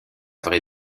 vraie